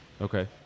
Okay